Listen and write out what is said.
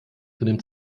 benimmt